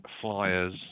flyers